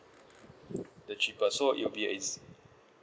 the cheapest so it'll be a